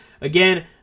Again